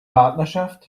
partnerschaft